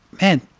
man